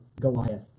Goliath